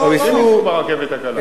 אבל הנוסעים ייסעו ברכבת הקלה.